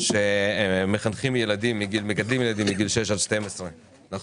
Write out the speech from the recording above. שמגדלים ילדים מגיל שש עד 12 אנחנו